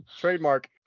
trademark